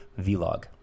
vlog